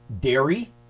Dairy